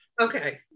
okay